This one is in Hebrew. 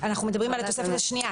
אנחנו מדברים על התוספת השנייה,